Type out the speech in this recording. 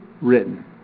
written